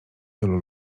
tylu